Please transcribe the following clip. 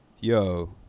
yo